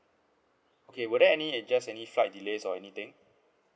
okay were there any just any flight delays or anything